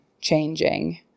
changing